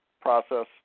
process